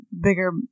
bigger